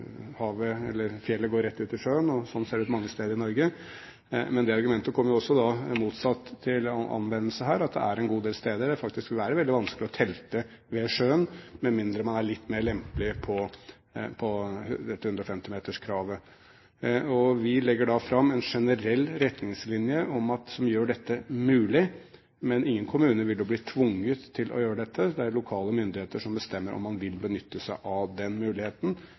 fjellet går rett ut i sjøen. Slik ser det ut mange steder i Norge. Men det argumentet kommer også motsatt til anvendelse her – det er en god del steder det faktisk vil være veldig vanskelig å telte ved sjøen med mindre man er litt mer lempelig på dette 150-meterskravet. Vi legger fram en generell retningslinje om at vi gjør dette mulig, men ingen kommuner vil jo bli tvunget til å gjøre dette. Det er lokale myndigheter som bestemmer om de vil benytte seg av muligheten